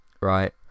right